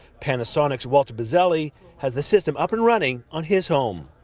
panasonic's walter buzzelli has the system up and running on his home.